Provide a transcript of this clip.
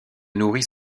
nourrit